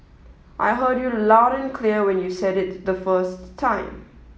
I heard you loud and clear when you said it the first time